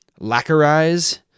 lacquerize